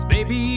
Baby